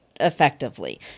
Effectively